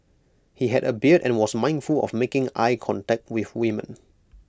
he had A beard and was mindful of making eye contact with women